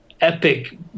epic